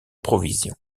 provisions